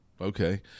okay